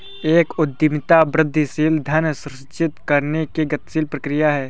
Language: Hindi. एक उद्यमिता वृद्धिशील धन सृजित करने की गतिशील प्रक्रिया है